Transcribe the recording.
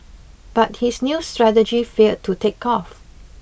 but his new strategy failed to take off